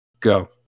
Go